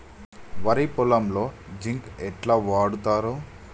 వరి పొలంలో జింక్ ఎట్లా వాడుతరు?